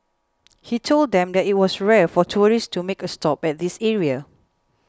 he told them that it was rare for tourists to make a stop at this area